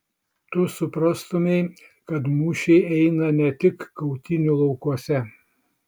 tu suprastumei kad mūšiai eina ne tik kautynių laukuose